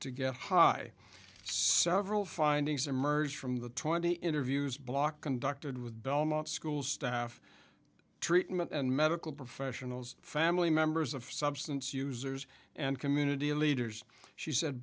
to get high several findings emerge from the twenty interviews block conducted with belmont schools staff treatment and medical professionals family members of substance users and community leaders she said